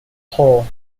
hull